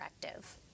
directive